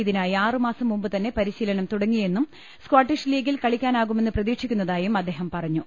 ഇതിനായി ആറു മാസം മുമ്പു തന്നെ പരിശീലനം തുടങ്ങിയെന്നും സ്കോട്ടിഷ് ലീഗിൽ കളിക്കാനാകുമെന്ന് പ്രതീക്ഷിക്കുന്നതായും അദ്ദേഹം പറഞ്ഞു